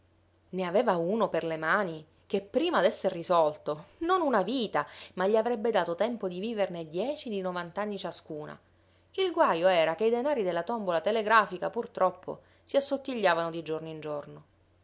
ne aveva uno per le mani che prima d'esser risolto non una vita ma gli avrebbe dato tempo di viverne dieci di novant'anni ciascuna il guajo era che i denari della tombola telegrafica purtroppo si assottigliavano di giorno in giorno